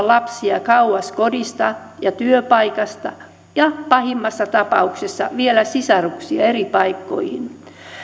lapsia kauas kodista ja työpaikasta ja pahimmassa tapauksessa vielä sisaruksia eri paikkoihin